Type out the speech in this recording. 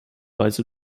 weise